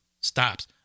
stops